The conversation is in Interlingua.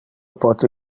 pote